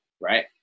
right